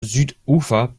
südufer